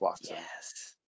yes